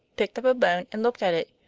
picked up a bone and looked at it.